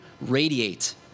radiate